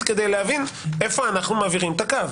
כדי להבין איפה אנחנו מעבירים את הקו,